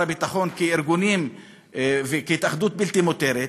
הביטחון כארגונים וכהתאחדויות בלתי מותרות,